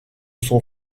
son